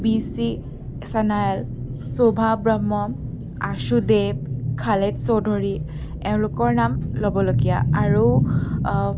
B চি চেনায়েল শোভা ব্ৰহ্ম আশো দেৱ খালেক চৌধুৰী এওঁলোকৰ নাম ল'বলগীয়া আৰু